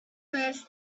first